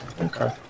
Okay